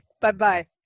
Bye-bye